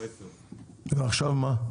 ועכשיו מה?